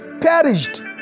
perished